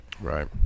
Right